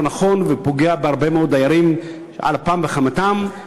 לא נכון ופוגע בהרבה מאוד דיירים על אפם וחמתם.